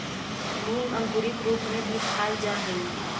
मूंग अंकुरित रूप में भी खाल जा हइ